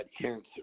cancer